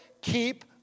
keep